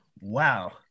Wow